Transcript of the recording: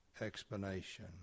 explanation